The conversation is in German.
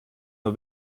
nur